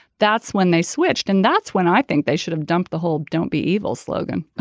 that's when they switched and that's when i think they should have dumped the whole don't be evil slogan